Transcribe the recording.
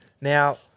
Now